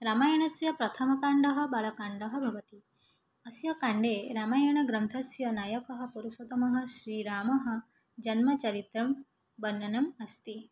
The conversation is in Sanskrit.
रामायणस्य प्रथमकाण्डं बालकाण्डं भवति अस्य काण्डे रामायणग्रन्थस्य नायकः पुरुषोत्तमः श्रीरामः जन्मचरित्रं वर्णनम् अस्ति